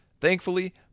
Thankfully